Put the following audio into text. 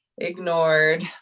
ignored